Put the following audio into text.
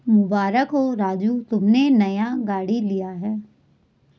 मुबारक हो राजू तुमने नया गाड़ी लिया